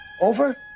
Over